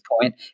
point